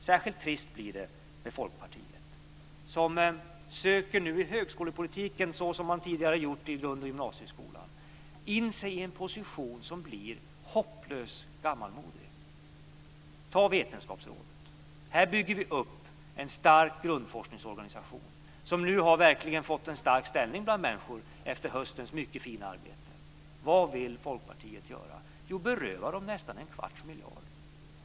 Särskilt trist blir det med Folkpartiet, som nu i högskolepolitiken söker sig, såsom man tidigare har gjort i grund och gymnasieskolan, in i en position som blir hopplöst gammalmodig. Ta Vetenskapsrådet som exempel. Här bygger vi upp en stark grundforskningsorganisation som nu har fått en verkligt stark ställning bland människor efter höstens mycket fina arbete. Vad vill Folkpartiet göra? Jo, beröva dem nästan en kvarts miljard.